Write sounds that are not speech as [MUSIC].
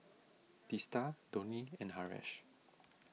[NOISE] Teesta Dhoni and Haresh